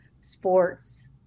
sports